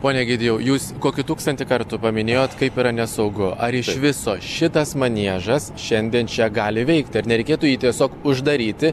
pone egidijau jūs kokį tūkstantį kartų paminėjot kaip yra nesaugu ar iš viso šitas maniežas šiandien čia gali veikti ar nereikėtų jį tiesiog uždaryti